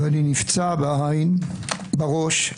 אני נפצע בעין, בראש.